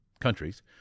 countries